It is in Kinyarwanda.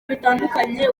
bitandukanye